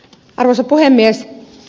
arvoisa puhemies